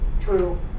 true